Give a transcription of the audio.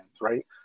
right